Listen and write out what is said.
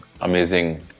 amazing